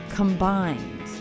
Combined